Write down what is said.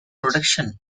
protection